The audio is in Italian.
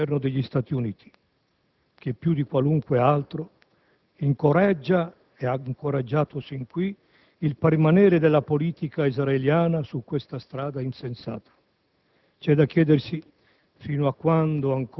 e, in primo luogo, voglio dirlo, sul Governo degli Stati Uniti, che più di chiunque altro incoraggia e ha incoraggiato sin qui il permanere della politica israeliana su questa strada insensata.